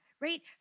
right